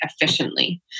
efficiently